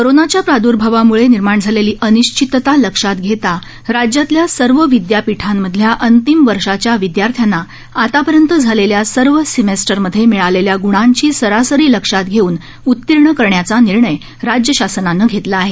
कोरोनाच्या प्राद्र्भावाम्ळे निर्माण झालेली अनिश्चितता लक्षात घेता राज्यातल्या सर्व विदयापीठांमधल्या अंतिम वर्षाच्या विदयार्थ्यांना आतापर्यंत झालेल्या सर्व सीमेस्टरमध्ये मिळालेल्या ग्णांची सरासरी लक्षात घेऊन उतीर्ण करण्याचा निर्णय राज्य शासनानं घेतला आहे